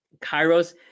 Kairos